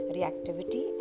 Reactivity